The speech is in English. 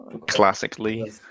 Classically